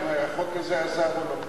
אם החוק הזה עזר או לא.